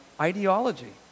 ideology